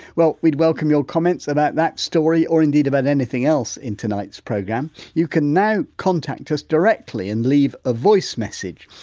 well, we'd welcome your comments about that story or indeed about anything else in tonight's programme. you can now contact us directly and leave a voice message.